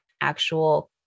actual